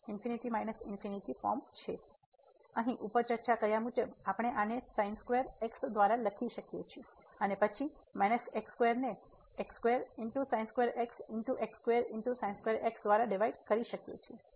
તેથી અહીં ઉપર ચર્ચા મુજબ આપણે આને ફરીથી દ્વારા લખી શકીએ છીએ અને પછી આ ને દ્વારા ડિવાઈડ કરી શકીએ છીએ